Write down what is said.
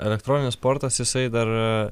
elektroninis sportas jisai dar